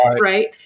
Right